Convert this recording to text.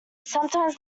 sometimes